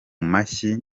mashyi